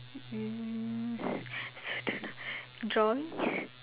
hmm I also don't know drawing